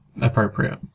appropriate